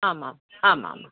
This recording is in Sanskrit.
आमाम् आमाम्